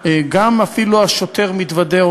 גם השוטר אפילו מתוודה,